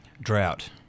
Drought